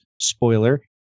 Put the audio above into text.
spoiler